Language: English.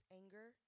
anger